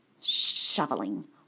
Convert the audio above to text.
shoveling